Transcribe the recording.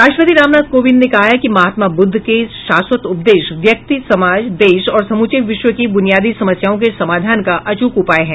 राष्ट्रपति रामनाथ कोविंद ने कहा है कि महात्मा बुद्ध के शाश्वत उपदेश व्यक्ति समाज देश और समूचे विश्व की बुनियादी समस्याओं के समाधान का अचूक उपाय हैं